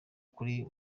kuri